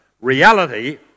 Reality